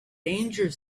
danger